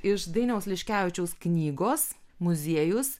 iš dainiaus liškevičiaus knygos muziejus